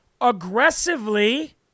aggressively